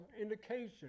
indication